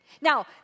Now